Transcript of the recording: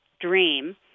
dream